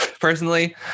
personally